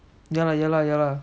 ya lah ya lah ya lah